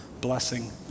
blessing